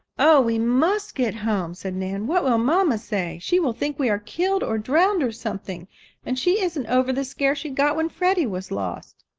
oh, we must get home, said nan. what will mamma say? she will think we are killed, or drowned, or something and she isn't over the scare she got when freddie was lost.